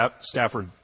Stafford